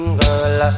girl